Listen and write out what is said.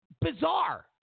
bizarre